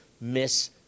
miss